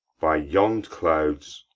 by yond clouds,